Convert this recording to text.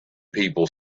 people